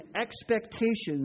expectations